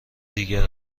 دیگر